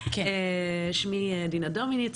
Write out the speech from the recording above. שמי דינה דומיניץ,